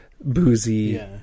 boozy